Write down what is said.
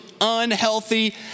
unhealthy